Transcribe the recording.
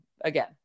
again